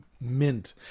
mint